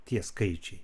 tie skaičiai